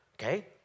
Okay